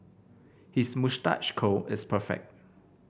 his moustache curl is perfect